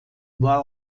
war